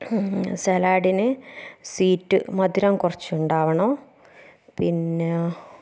സലാഡിന് sweet മധുരം കുറച്ച് ഉണ്ടാകണം പിന്നെ